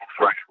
right